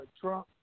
Trump